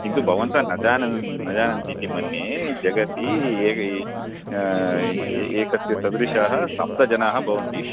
किन्तु भवत्यः न जानन् न जानन्ति इति मन्ये जगति एकः एकस्य सदृशाः सप्तजनाः भवन्तीति